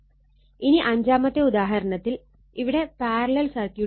7 ആണ്